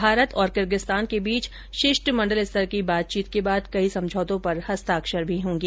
भारत और किर्गिस्तान के बीच शिष्टमंडल स्तर की बातचीत के बाद कई समझौतों पर हस्ताक्षर भी होंगे